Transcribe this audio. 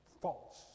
false